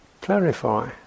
clarify